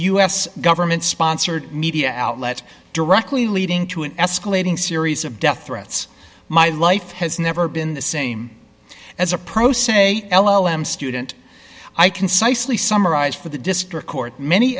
us government sponsored media outlet directly leading to an escalating series of death threats my life has never been the same as a pro se l o m student i concisely summarized for the district court many